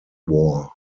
war